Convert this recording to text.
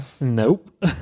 Nope